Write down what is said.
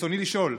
רצוני לשאול: